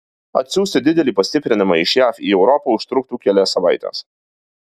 atsiųsti didelį pastiprinimą iš jav į europą užtruktų kelias savaites